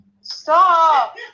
Stop